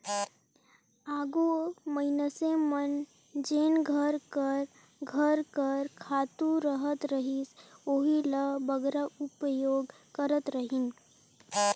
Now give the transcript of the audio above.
आघु मइनसे मन जेन घर कर घर कर खातू रहत रहिस ओही ल बगरा उपयोग करत रहिन